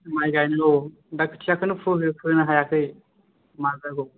माइ गायनो आव दा खोथियाखौनो खुनि हायाखौ मा जाबावगोन